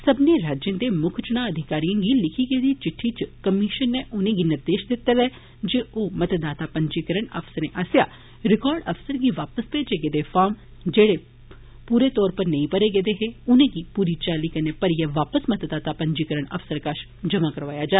सब्मनें राज्यें दे मुक्ख चुनां अधिकारिएं गी लिक्खी गेदी चिट्ठी च कमिषन नै उनेंगी निर्देष दित्ता ऐ जे मतदाता पंजीकरण अफसरें आसेआ रिकार्ड अफसरें गी वापस भेजे गेदे फार्म जेहड़े पूरे तौरा पर नेईं भरे गेदे हे उनेंगी पूरी चाल्ली कन्नै भरियै वापस मतदाता पंजीकरण अफसरें कष जमा करोआया जा